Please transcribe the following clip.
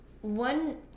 One